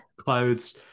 clothes